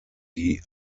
die